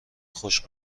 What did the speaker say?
خوش